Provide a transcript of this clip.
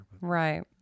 Right